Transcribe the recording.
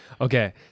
okay